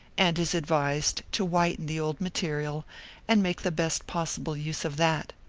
and is advised to whiten the old material and make the best possible use of that.